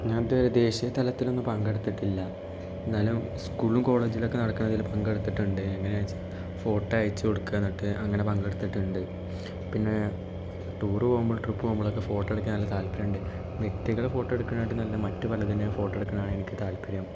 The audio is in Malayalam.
ഞാൻ ഇതുവരെ ദേശീയ തലത്തിലൊന്നും പങ്കെടുത്തിട്ടില്ല എന്നാലും സ്കൂളിലും കോളേജിലുമൊക്കെ നടക്കുന്നതിൽ പങ്കെടുത്തിട്ടിണ്ട് എങ്ങനെ ആണെന്ന് വച്ചാൽ ഫോട്ടോ അയച്ചു കൊടുക്കും എന്നിട്ട് അങ്ങനെ പങ്കെടുത്തിട്ടുണ്ട് പിന്നെ ടൂർ പോകുമ്പോൾ ട്രിപ്പ് പോകുമ്പോഴൊക്കെ ഫോട്ടോ എടുക്കാൻ നല്ല താൽപര്യമുണ്ട് വ്യക്തികളുടെ ഫോട്ടോ എടുക്കണനെകാട്ടിം നല്ലത് മറ്റ് പലതിനേയും ഫോട്ടോ എടുക്കാനാണ് എനിക്ക് താൽപര്യം